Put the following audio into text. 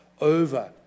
over